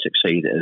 succeed